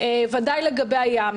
ודאי לגבי הים.